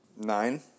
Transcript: Nine